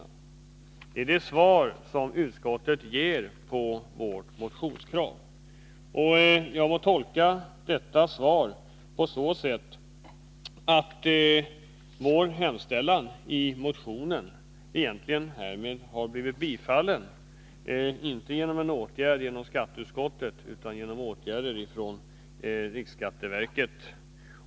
Det är det svar som utskottet ger på vår motion. Jag tolkar detta svar så att vår hemställan i motionen egentligen har bifallits, inte genom en åtgärd från skatteutskottets sida utan genom en åtgärd från riksskatteverket.